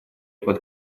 под